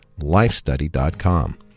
lifestudy.com